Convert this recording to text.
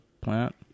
plant